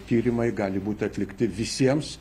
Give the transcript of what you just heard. tyrimai gali būt atlikti visiems